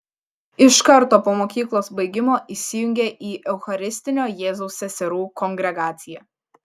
iš karto po mokyklos baigimo įsijungė į eucharistinio jėzaus seserų kongregaciją